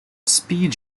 speed